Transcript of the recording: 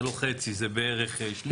זה לא חצי, זה בערך שליש.